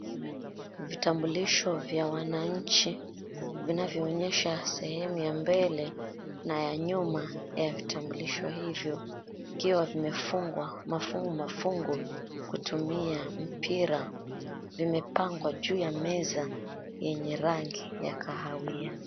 Vitambulisho vya wananchi, vinavyoonyesha sehemu ya mbele na ya nyuma ya vitambulisho hivyo, vikiwa vimefungwa mafungu mafungu kutumia mpira, vimepangwa juu ya meza yenye rangi ya kahawia.